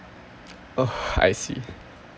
oh I see